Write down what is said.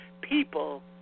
people